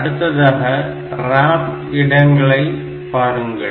அடுத்ததாக RAM இடங்களை பாருங்கள்